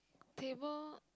table